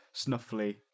snuffly